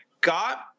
got